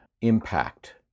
impact